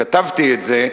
כתבתי את זה,